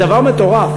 זה הרי דבר מטורף.